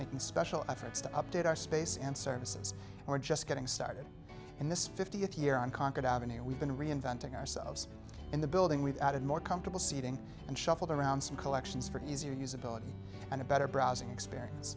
making special efforts to update our space and services are just getting started in this fiftieth year on concord ave we've been reinventing ourselves in the building we've added more comfortable seating and shuffled around some collections for easier usability and a better browsing experience